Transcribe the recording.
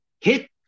hit